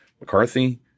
McCarthy